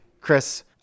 Chris